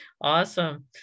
awesome